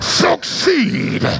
succeed